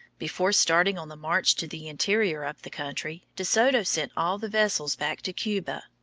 before starting on the march to the interior of the country, de soto sent all the vessels back to cuba.